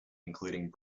including